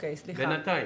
בינתיים.